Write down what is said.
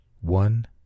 One